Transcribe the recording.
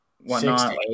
whatnot